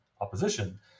opposition